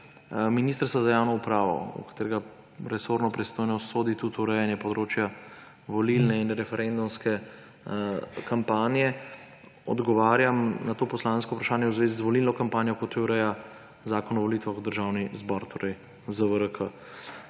Ministrstvu za javno upravo, v katerega resorno pristojnost sodi tudi urejanje področja volilne in referendumske kampanje, odgovarjam na to poslansko vprašanje v zvezi z volilno kampanjo, kot jo ureja Zakon o volitvah v državni zbor, ZVRK.